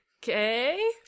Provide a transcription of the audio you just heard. Okay